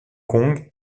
kong